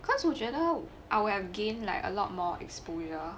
because 我觉得 I will again like a lot more exposure